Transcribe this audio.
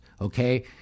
okay